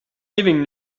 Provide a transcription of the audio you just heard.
giving